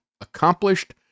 accomplished